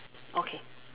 okay